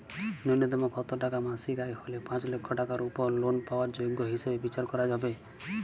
ন্যুনতম কত টাকা মাসিক আয় হলে পাঁচ লক্ষ টাকার উপর লোন পাওয়ার যোগ্য হিসেবে বিচার করা হবে?